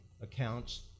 accounts